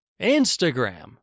Instagram